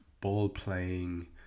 ball-playing